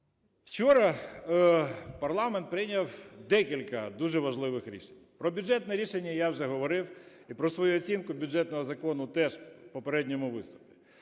Вчора парламент прийняв декілька дуже важливих рішень. Про бюджетне рішення я вже говорив, і про свою оцінку бюджетного закону теж у попередньому виступі.